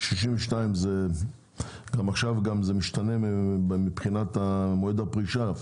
גיל 62 עכשיו זה משתנה מבחינת מועד הפרישה,